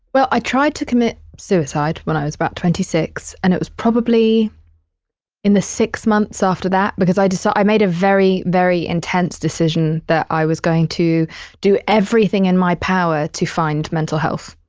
well, i tried to commit suicide when i was about twenty six, and it was probably in the six months after that because i decided, so i made a very, very intense decision that i was going to do everything in my power to find mental health.